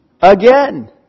again